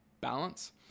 balance